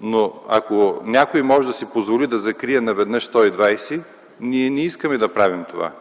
Но ако някой може да си позволи да закрие наведнъж 120 болници, ние не искаме да правим това.